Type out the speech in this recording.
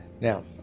Now